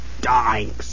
dying